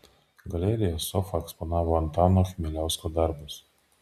galerija sofa eksponavo antano chmieliausko darbus